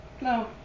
No